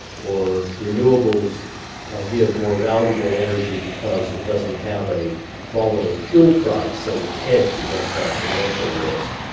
or renewables give more valuable energy because it doesn't have a volatile fuel price so you're hedged against that financial risk.